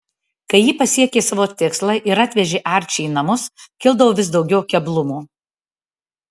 kai ji pasiekė savo tikslą ir atvežė arčį į namus kildavo vis daugiau keblumų